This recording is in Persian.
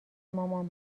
مامان